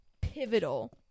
pivotal